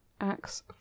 acts